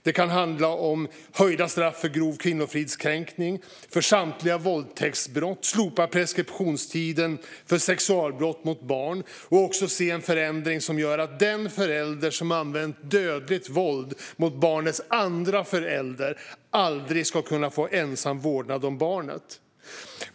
Det kan handla om höjda straff för grov kvinnofridskränkning och för samtliga våldtäktsbrott, om slopad preskriptionstid för sexualbrott mot barn och om en förändring som gör att den förälder som använt dödligt våld mot ett barns andra förälder aldrig ska kunna få ensam vårdnad om barnet.